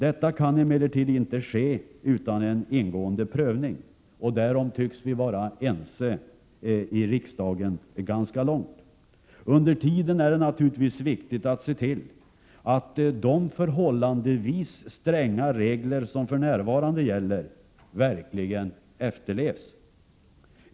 Detta kan emellertid inte ske utan en ingående prövning. Därom tycks enigheten vara ganska stor i riksdagen. Under tiden är det viktigt att se till att de förhållandevis stränga regler som för närvarande gäller verkligen efterlevs.